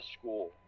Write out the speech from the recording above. school